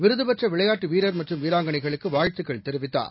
விருது பெற்ற விளையாட்டு வீரர் மற்றும் வீராங்களைகளுக்கு வாழ்த்துக்கள் தெரிவித்தார்